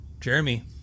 Jeremy